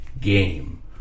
game